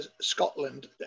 Scotland